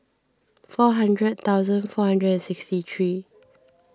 four hundred thousand four hundred and sixty three